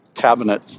cabinet